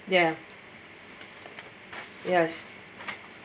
ya yes